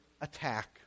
attack